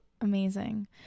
Amazing